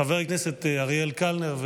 חבר הכנסת אריאל קלנר,